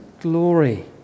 glory